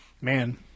Man